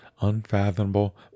unfathomable